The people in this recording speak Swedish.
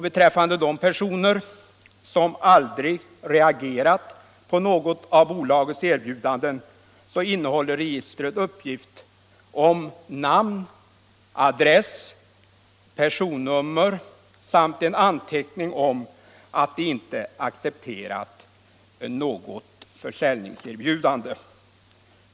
Beträffande de personer som aldrig reagerat på något av bolagets erbjudanden innehåller registret uppgift om namn, adress och personnummer samt en anteckning om att de inte accepterat något försäljningserbjudande.